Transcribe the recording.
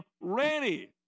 ready